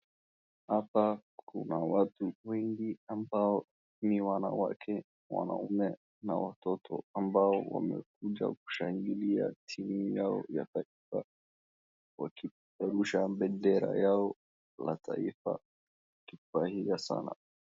Hapa kuna watu wengi ambao ni wanawake, wanaume na watoto ambao wamekuja kushangilia timu yao ya taifa. Wakipeperusha bendera yao la taifa wakifurahia sana.